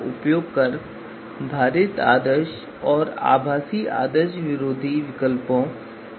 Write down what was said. अब इस चरण में हम भारित सामान्यीकृत स्कोर की गणना करने जा रहे हैं